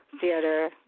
theater